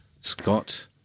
scott